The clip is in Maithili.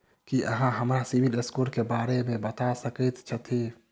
की अहाँ हमरा सिबिल स्कोर क बारे मे बता सकइत छथि?